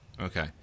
Okay